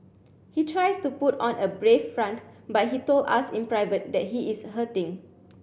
he tries to put on a brave front but he told us in private that he is hurting